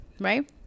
right